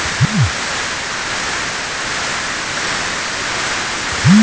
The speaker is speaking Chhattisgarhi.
का मोला अपन लइका के पढ़ई के बर ऋण मिल सकत हे?